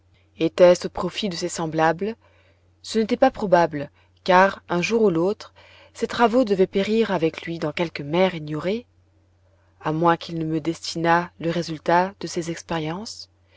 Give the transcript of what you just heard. était-ce au profit de ces semblables ce n'était pas probable car un jour ou l'autre ses travaux devaient périr avec lui dans quelque mer ignorée a moins qu'il ne me destinât le résultat de ses expériences